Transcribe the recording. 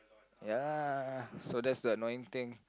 ya so that's the annoying thing